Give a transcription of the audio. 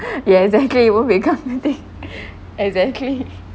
yeah exactly it won't be comforting exactly